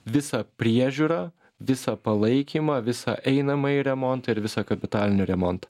visą priežiūrą visą palaikymą visą einamąjį remontą ir visą kapitalinį remontą